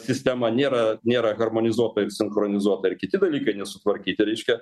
sistema nėra nėra harmonizuota ir sinchronizuota ir kiti dalykai nesutvarkyti reiškia